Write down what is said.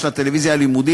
נתתי לך את ה-benefit,